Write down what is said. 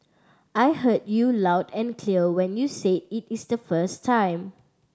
I heard you loud and clear when you said it is the first time